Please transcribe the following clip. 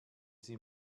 sie